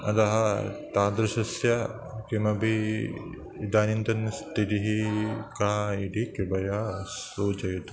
अतः तादृशस्य किमपि इदानिन्तन स्थितिः का इति कृपया सूचयतु